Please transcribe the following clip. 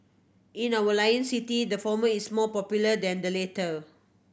in our Lion City the former is more popular than the latter